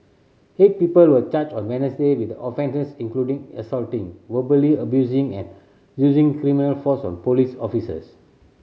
eight people were charged on Wednesday with offences including assaulting verbally abusing and using criminal force on police officers